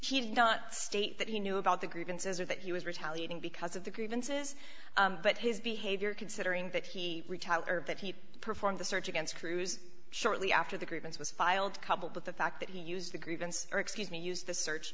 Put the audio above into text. did not state that he knew about the grievances or that he was retaliating because of the grievances but his behavior considering that he that he performed the search against cruz shortly after the grievance was filed coupled with the fact that he used the grievance or excuse me use the search